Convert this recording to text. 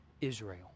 Israel